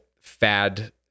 fad